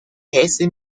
ese